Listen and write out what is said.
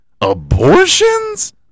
Abortions